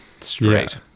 straight